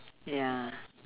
ya